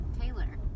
Taylor